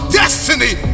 destiny